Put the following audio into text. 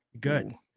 Good